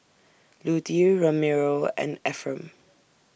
Lutie Ramiro and Efrem